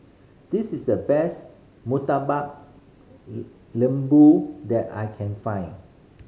this is the best Murtabak Lembu that I can find